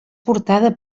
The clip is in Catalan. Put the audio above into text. portada